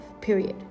period